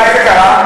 מתי זה קרה?